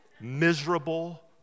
miserable